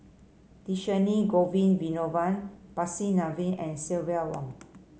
Dhershini Govin Winodan Percy Neice and Silvia Yong